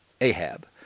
Ahab